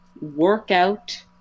Workout